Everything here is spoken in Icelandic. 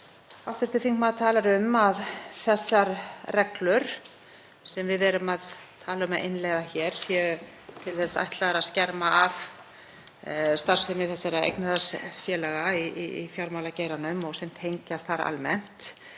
atriði. Hv. þingmaður talar um að þær reglur sem við erum að tala um að innleiða hér séu til þess ætlaðar að skerma af starfsemi þessara eignarhaldsfélaga í fjármálageiranum, sem tengjast þar almennt.